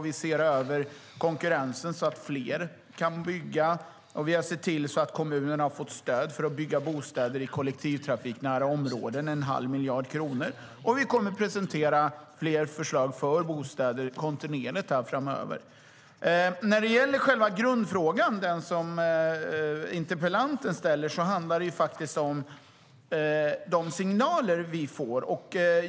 Vi ser över konkurrensen så att fler kan bygga. Vi har sett till att kommunerna har fått 1⁄2 miljard kronor i stöd för att bygga bostäder i kollektivtrafiknära områden.